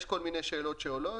יש כל מיני שאלות שעולות,